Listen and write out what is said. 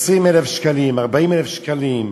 20,000 שקלים, 40,000 שקלים,